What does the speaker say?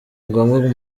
ngombwa